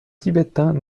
tibétains